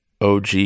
OG